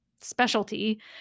specialty